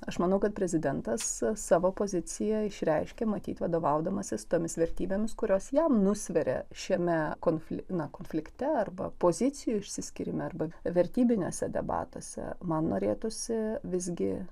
aš manau kad prezidentas savo poziciją išreiškė matyt vadovaudamasis tomis vertybėmis kurios jam nusveria šiame konfli na konflikte arba pozicijų išsiskyrime arba vertybiniuose debatuose man norėtųsi visgi